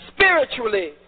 spiritually